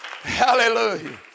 Hallelujah